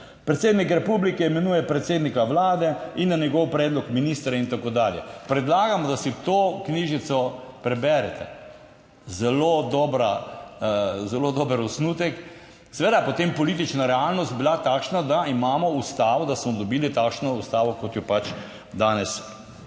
Predsednik republike imenuje predsednika vlade in na njegov predlog ministra in tako dalje. Predlagam, da si to knjižico preberete. Zelo dobra, zelo dober osnutek. Seveda je potem politična realnost bila takšna, da imamo Ustavo, da smo dobili takšno Ustavo, kot jo pač danes